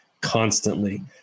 constantly